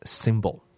symbol 。